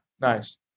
Nice